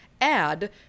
Add